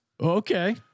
Okay